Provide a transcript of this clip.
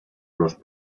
los